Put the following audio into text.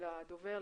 הדובר,